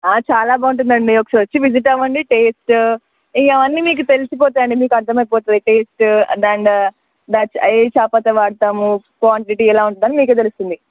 చాలా బాగుంటుంది అండి ఒకసాఋ వచ్చి విజిట్ అవ్వండి టేస్ట్ ఇవన్నీ మీకు తెలిసిపోతాయండి మీకు అర్థమయిపోతుంది టేస్ట్ బ్రాండ్ బ్యాచ్ ఏ చా పత్తా వాడతాము క్వాంటిటీ ఎలా ఉంటుంది అని మీకు తెలుస్తుంది